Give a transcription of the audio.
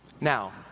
Now